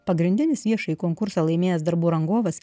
pagrindinis viešą konkursą laimėjęs darbų rangovas